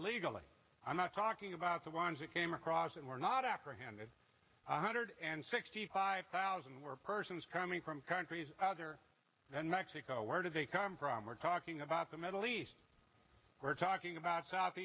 legally i'm not talking about the ones we came across and we're not apprehended hundred and sixty five thousand were persons coming from countries other than mexico where do they come from we're talking about the middle east we're talking about south